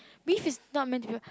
beef is not meant to be